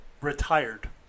retired